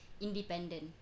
independent